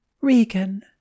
Regan